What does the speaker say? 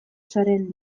zaren